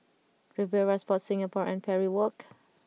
Riviera Sport Singapore and Parry Walk